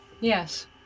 Yes